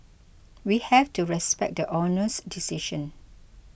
we have to respect the Honour's decision